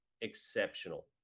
exceptional